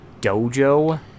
dojo